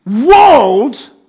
world